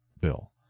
Bill